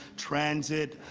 transit,